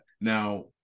now